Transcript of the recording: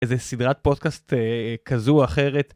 איזה סדרת פודקאסט כזו או אחרת.